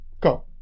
go